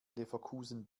leverkusen